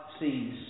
sees